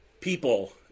people